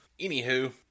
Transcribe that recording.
anywho